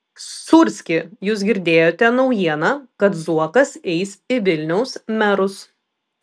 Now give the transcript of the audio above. sūrski jūs girdėjote naujieną kad zuokas eis į vilniaus merus